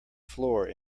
floor